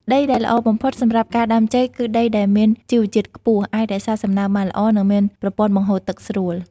ដីដែលល្អបំផុតសម្រាប់ការដាំចេក គឺដីដែលមានជីវជាតិខ្ពស់ អាចរក្សាសំណើមបានល្អ និងមានប្រព័ន្ធបង្ហូរទឹកស្រួល។